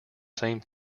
same